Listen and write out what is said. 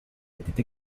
étaient